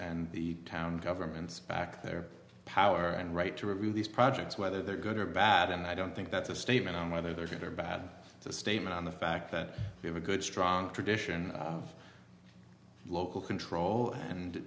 and the town governments back their power and right to review these projects whether they're good or bad and i don't think that's a statement on whether they're bad it's a statement on the fact that we have a good strong tradition of local control and